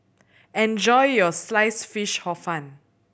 enjoy your Sliced Fish Hor Fun